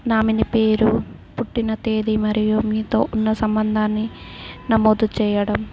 nominee పేరు పుట్టిన తేదీ మరియు మీతో ఉన్న సంబంధాన్ని నమోదు చేయడం